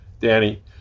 Danny